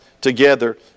together